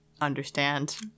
understand